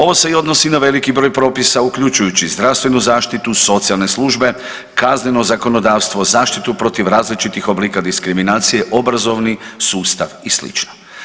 Ovo se i odnosi na veliki broj propisa uključujući zdravstvenu zaštitu, socijalne službe, kazneno zakonodavstvo, zaštitu protiv različitih oblika diskriminacije, obrazovni sustav i slično.